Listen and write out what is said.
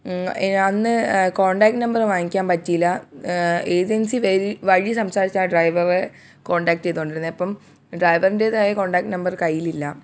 അന്ന് contact number വാങ്ങിക്കാൻ പറ്റിയില്ല ഏജൻസി വരി വഴി സംസാരിച്ചാണ് ആ ഡ്രൈവറെ കോൺടാക്ട്യ്തോണ്ടിരുന്നേ അപ്പം ഡ്രൈവറിൻറ്റേതായ കോൺടാക്ട് നമ്പറ് കയ്യിലില്ല